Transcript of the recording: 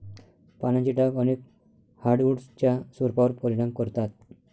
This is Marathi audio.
पानांचे डाग अनेक हार्डवुड्सच्या स्वरूपावर परिणाम करतात